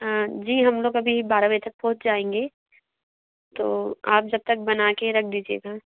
हाँ जी हम लोग अभी बारह बजे तक पहुँच जाएँगे तो आप जब तक बना के रख दीजिएगा